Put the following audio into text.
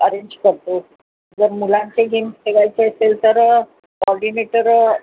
arrange करतो जर मुलांचे गेम्स ठेवायचे असेल तर कॉर्डीनेटर